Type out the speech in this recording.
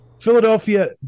Philadelphia